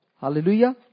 Hallelujah